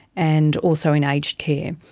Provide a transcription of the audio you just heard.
and also in aged care.